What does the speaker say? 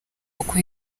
kuko